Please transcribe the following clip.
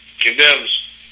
condemns